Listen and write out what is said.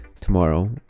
tomorrow